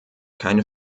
keine